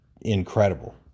incredible